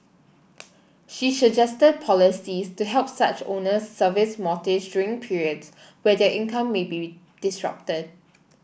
she suggested policies to help such owners service mortgage during periods where their income may be disrupted